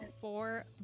four